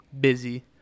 busy